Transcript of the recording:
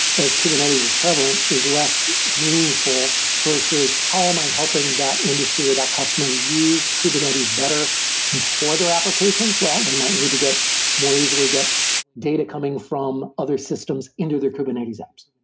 as kubernetes is prevalent, is less meaningful, versus how am i helping that industry or that customer use kubernetes better for their applications. well, they might need to get more easily get data coming from other systems into their kubernetes apps.